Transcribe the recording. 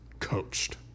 Coached